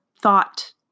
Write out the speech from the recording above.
thought